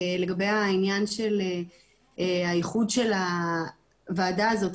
לגבי העניין של הייחוד של הוועדה הזאת.